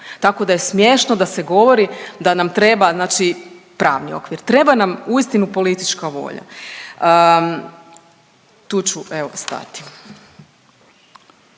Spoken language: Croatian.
tako da je smiješno da se govori da nam treba znači pravni okvir. Treba nam uistinu politička volja. Tu ću evo stati.